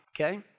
Okay